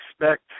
expect